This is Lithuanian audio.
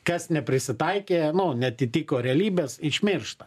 kas neprisitaikė nu neatitiko realybės išmiršta